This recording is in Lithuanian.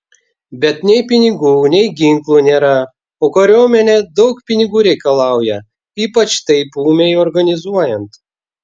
bet nei pinigų nei ginklų nėra o kariuomenė daug pinigų reikalauja ypač taip ūmiai organizuojant